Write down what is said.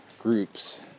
groups